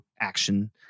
action